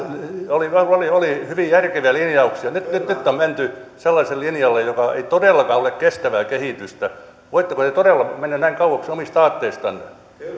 oli hyvin järkeviä linjauksia nyt on menty sellaiselle linjalle joka ei todellakaan ole kestävää kehitystä voitteko te todella mennä näin kauaksi omista aatteistanne